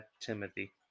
Timothy